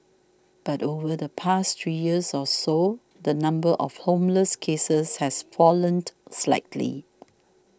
but over the past three years or so the number of homeless cases has fallen slightly